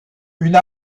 une